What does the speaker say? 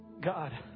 God